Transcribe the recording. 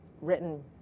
written